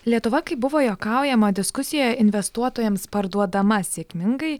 lietuva kaip buvo juokaujama diskusijoje investuotojams parduodama sėkmingai